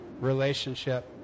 relationship